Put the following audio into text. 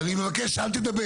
אז אני מבקש אל תדבר.